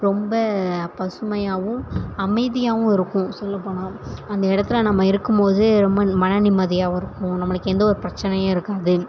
ரொம்ப பசுமையாகவும் அமைதியாகவும் இருக்கும் சொல்லப்போனால் அந்த இடத்துல நம்ம இருக்கும் போது ரொம்ப மனநிம்மதியாகவும் இருக்கும் நம்மளுக்கு எந்த ஒரு பிரச்சினையும் இருக்காது